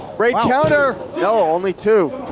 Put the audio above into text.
great counter. yeah oh, only two.